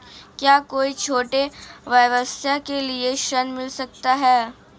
क्या कोई छोटे व्यवसाय के लिए ऋण मिल सकता है?